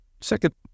second